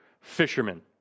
fishermen